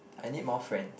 I need more friends